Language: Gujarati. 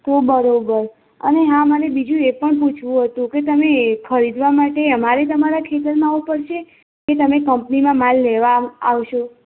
તો બરાબર અને હા મને બીજું એ પણ પૂછવું હતું કે તમે એ ખરીદવા માટે અમે તમારા ખેતરમાં આવવું પડશે કે તમે કમ્પનીમાં માલ લેવા આવ આવશો